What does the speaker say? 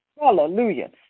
Hallelujah